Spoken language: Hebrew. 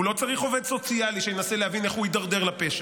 הוא לא צריך עובד סוציאלי שינסה להבין איך הוא הידרדר לפשע.